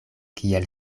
kiel